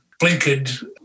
blinkered